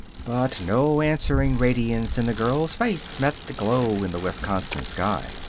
but no answering radiance in the girl's face met the glow in the wisconsin sky.